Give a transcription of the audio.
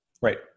Right